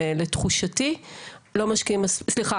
ולתחושתי לא משקיעים מספיק